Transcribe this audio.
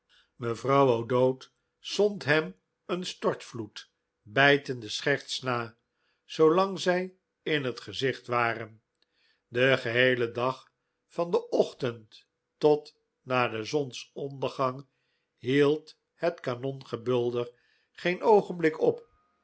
mevrouw o'dowd zond hem een stortvloed bijtende scherts na zoolang zij in het gezicht waren den geheelen dag van den ochtend tot na zonsondergang hield het kanongebulder geen oogenblik op